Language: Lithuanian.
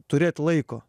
turėt laiko